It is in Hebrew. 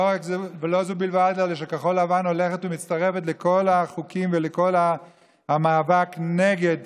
ולא זו בלבד אלא שכחול לבן הולכת ומצטרפת לכל החוקים ולכל המאבק נגד